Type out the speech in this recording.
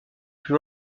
plus